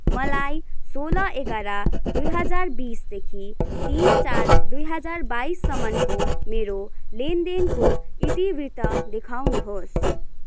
मलाई सोह्र एघार दुई हजार बिसदेखि तिन चार दुई हजार बाइससम्मको मेरो लेनदेनको इतिवृत्त देखाउनुहोस्